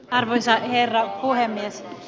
arvoisa herra puhemies